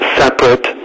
separate